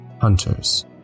hunters